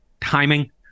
timing